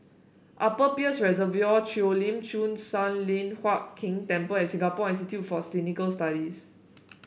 Upper Peirce Reservoir Cheo Lim Chin Sun Lian Hup Keng Temple and Singapore Institute for Clinical Studies